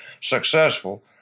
successful